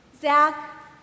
Zach